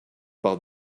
par